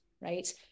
right